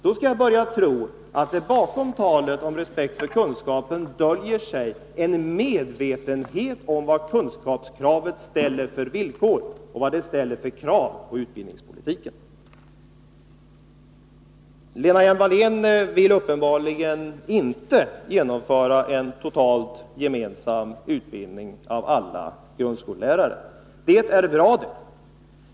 Då skall jag börja tro att det bakom talet om respekt för kunskapen döljer sig en medvetenhet om vad kunskapsmålet ställer för krav på utbildningspolitiken. Lena Hjelm-Wallén vill uppenbarligen inte genomföra en totalt gemensam utbildning av alla grundskolelärare. Det är bra.